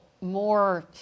more